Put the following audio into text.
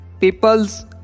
People's